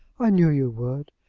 i knew you would.